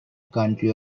county